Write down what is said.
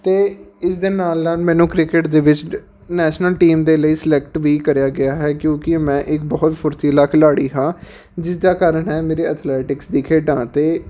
ਅਤੇ ਇਸ ਦੇ ਨਾਲ ਨਾਲ ਮੈਨੂੰ ਕ੍ਰਿਕਟ ਦੇ ਵਿੱਚ ਨੈਸ਼ਨਲ ਟੀਮ ਦੇ ਲਈ ਸਲੈਕਟ ਵੀ ਕਰਿਆ ਗਿਆ ਹੈ ਕਿਉਂਕਿ ਮੈਂ ਇੱਕ ਬਹੁਤ ਫੁਰਤੀਲਾ ਖਿਡਾਰੀ ਹਾਂ ਜਿਸ ਦਾ ਕਾਰਨ ਹੈ ਮੇਰੇ ਅਥਲੈਟਿਕਸ ਦੀ ਖੇਡਾਂ ਅਤੇ